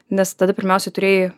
nes tada pirmiausia turėjai